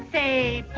a